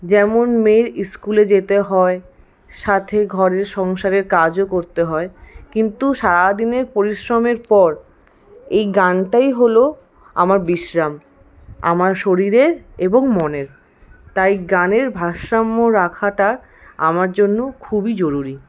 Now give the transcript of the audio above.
যেমন মেয়ের স্কুলে যেতে হয় সাথে ঘরের সংসারের কাজও করতে হয় কিন্তু সারাদিনের পরিশ্রমের পর এই গানটাই হলো আমার বিশ্রাম আমার শরীরের এবং মনের তাই গানের ভারসাম্য রাখাটা আমার জন্য খুবই জরুরী